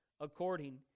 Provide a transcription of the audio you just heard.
according